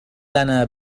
لنا